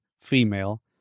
female